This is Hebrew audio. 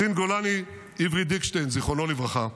קצין גולני עברי דיקשטיין, זיכרונו לברכה,